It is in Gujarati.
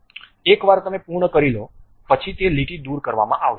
એકવાર તમે પૂર્ણ કરી લો પછી તે લીટી દૂર કરવામાં આવશે